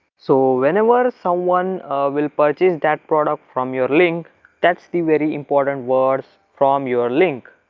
so whenever ah someone will purchase that product from your link that's the very important words from your link,